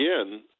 again